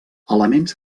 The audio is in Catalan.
elements